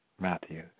Matthew